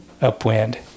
Upwind